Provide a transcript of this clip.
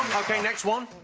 ok, next one.